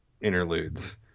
interludes